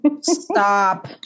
Stop